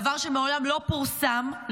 דבר שמעולם לא פורסם,